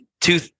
Two